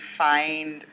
find